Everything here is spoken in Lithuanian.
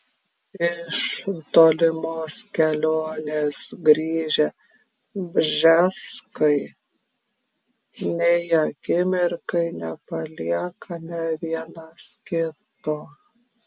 iš tolimos kelionės grįžę bžeskai nei akimirkai nepaliekame vienas kito